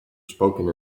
spoken